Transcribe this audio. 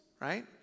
right